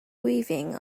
weaving